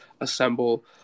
assemble